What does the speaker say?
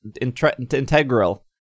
integral